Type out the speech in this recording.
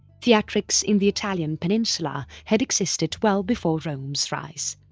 theatrics in the italian peninsula had existed well before rome's rise.